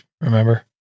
remember